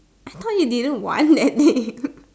I thought you didn't want that name